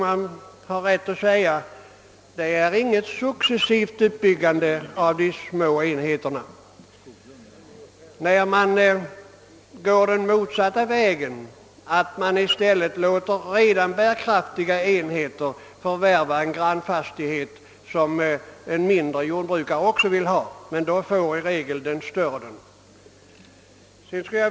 Kan det sägas att detta innebär ett successivt utbyggande av små enheter till större? Man går ju den motsatta vägen och låter ägare av redan bärkraftiga enheter förvärva en grannfastighet som en mindre jordbrukare bättre hade behövt.